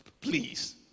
Please